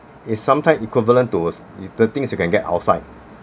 it's sometimes equivalent to the things you can get outside